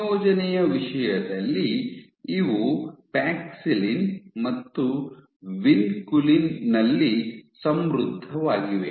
ಸಂಯೋಜನೆಯ ವಿಷಯದಲ್ಲಿ ಇವು ಪ್ಯಾಕ್ಸಿಲಿನ್ ಮತ್ತು ವಿನ್ಕುಲಿನ್ ನಲ್ಲಿ ಸಮೃದ್ಧವಾಗಿವೆ